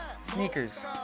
sneakers